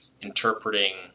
interpreting